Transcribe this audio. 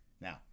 Now